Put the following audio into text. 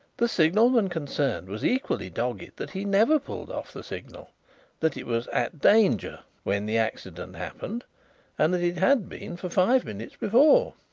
the signalman concerned was equally dogged that he never pulled off the signal that it was at danger when the accident happened and that it had been for five minutes before.